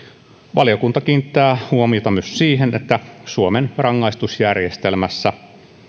valiokunta kiinnittää huomiota myös siihen että suomen rangaistusjärjestelmässä